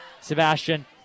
Sebastian